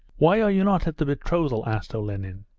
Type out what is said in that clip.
why are you not at the betrothal asked olenin.